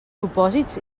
supòsits